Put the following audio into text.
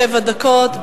שבע דקות.